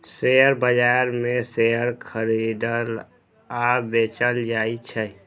share बाजार मे share खरीदल आ बेचल जाइ छै